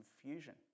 confusion